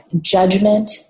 judgment